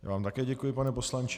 Já vám také děkuji, pane poslanče.